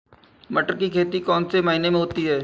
मटर की खेती कौन से महीने में होती है?